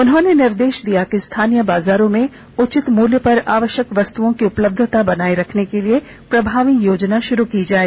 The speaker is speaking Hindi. उन्होंने निर्देश दिया कि स्थानीय बाजारों में उचित मूल्य पर आवश्यक वस्तुओं की उपलब्यता बनाए रखने के लिए प्रभावी योजना शुरू की जाए